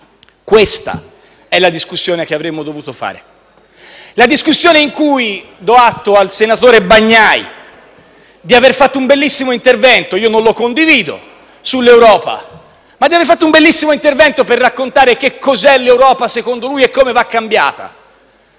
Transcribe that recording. Questa è la discussione che avremmo dovuto fare. Do atto al senatore Bagnai di aver fatto un bellissimo intervento sull'Europa. Non lo condivido, ma ha fatto un bellissimo intervento per raccontare che cos'è l'Europa secondo lui e come va cambiata.